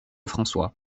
françois